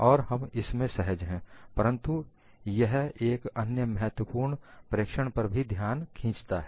और हम इसमें सहज हैं परंतु यह एक अन्य महत्वपूर्ण प्रेक्षण पर भी ध्यान खींचता है